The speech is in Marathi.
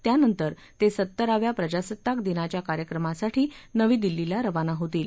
त्यांनतर ते सत्तराव्या प्रजासत्ताक दिनाच्या कार्यक्रमासाठी नवी दिल्लीला रवाना होतील